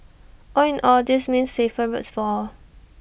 all in all this means safer roads for all